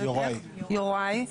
יוראי,